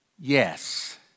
Yes